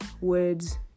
words